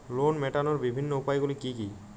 Loan মেটানোর বিভিন্ন উপায়গুলি কী কী?